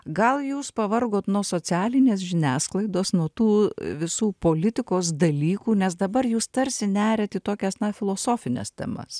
gal jūs pavargot nuo socialinės žiniasklaidos nuo tų visų politikos dalykų nes dabar jūs tarsi neriat į tokias na filosofines temas